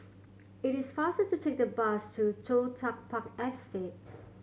it is faster to take the bus to Toh Tuck Park Estate